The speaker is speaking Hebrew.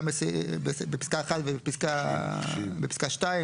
גם בפסקה (1) ובפסקה (2),